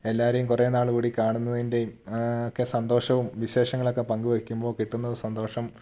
എല്ലാവരെയും കുറേ നാൾ കൂടി കാണുന്നതിൻ്റെയും ഒക്കെ സന്തോഷവും വിശേഷങ്ങളൊക്കെ പങ്കുവയ്ക്കുമ്പോൾ കിട്ടുന്ന സന്തോഷം